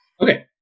okay